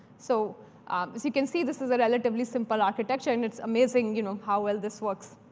so as you can see, this is a relatively simple architecture, and it's amazing you know how well this works.